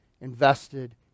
invested